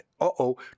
Uh-oh